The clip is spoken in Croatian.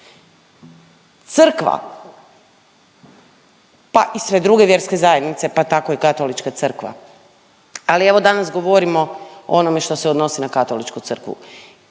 crkva, pa i sve druge vjerske zajednice, pa tako i Katolička crkva, ali evo danas govorimo o onome što se odnosi na Katoličku crkvu,